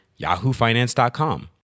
yahoofinance.com